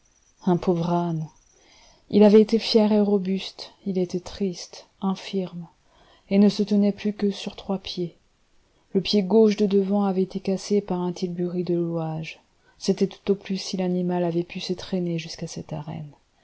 un pauvre âne il avait été fier et robuste il était triste infirme et ne se tenait plus que sur trois pieds le pied gauche de devant avait été cassé par un tilbury de louage c'était tout au plus si l'animal avait pu se traîner jusqu'à cette arène